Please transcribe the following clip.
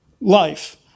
life